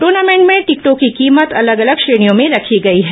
tournament में टिकटों की कीमत अलग अलग श्रेणियों में रखी गई हैं